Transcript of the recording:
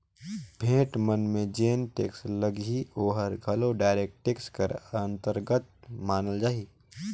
भेंट मन में जेन टेक्स लगही ओहर घलो डायरेक्ट टेक्स कर अंतरगत मानल जाही